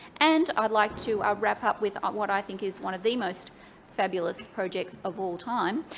and i'd like to wrap up with um what i think is one of the most fabulous projects of all time,